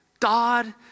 God